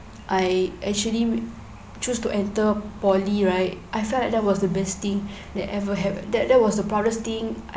I actually choose to enter poly right I felt that was the best thing that ever have that that was the proudest thing I